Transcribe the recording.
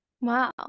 wow